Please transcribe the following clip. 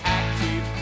active